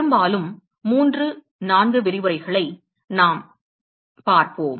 பெரும்பாலும் 3 4 விரிவுரைகளை நாம் பார்ப்போம்